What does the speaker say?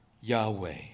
Yahweh